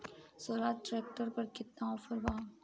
Swaraj tractor पर केतना offer बा?